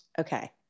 Okay